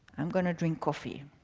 i'm going to drink coffee.